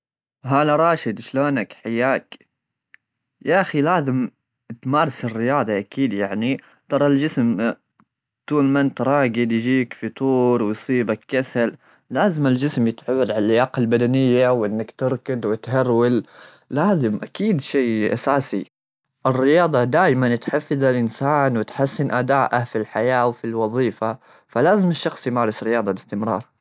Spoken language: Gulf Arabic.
هلا راشد، شلونك؟ حياك. يا خي، لازم تمارس الرياضة، أكيد يعني؟ ترى الجسم، طول ما أنت راقد، يجيك فتور ويصيبك كسل. لازم الجسم يتعود عاللياقة البدنية، وإنك تركد وتهرول، لازم أكيد، شيء أساسي. الرياضة دايما تحفز الإنسان وتحسن أداءه في الحياة وفي الوظيفة. فلازم الشخص يمارس رياضة باستمرار.